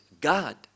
God